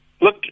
Look